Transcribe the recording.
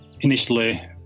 initially